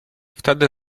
wtedy